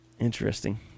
Interesting